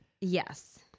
Yes